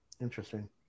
interesting